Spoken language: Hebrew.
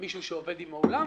מישהו שעובד עם האולם,